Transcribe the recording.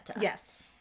Yes